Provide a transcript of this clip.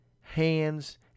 hands